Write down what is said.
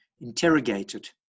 interrogated